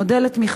אודה על תמיכתכם.